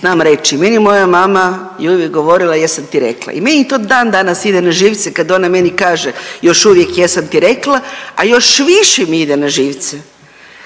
znam reći? Meni moja mama je uvijek govorila, jesam ti rekla i meni to dandanas ide na živce kad ona meni kaže još uvijek jesam ti rekla, a još više mi ide na živce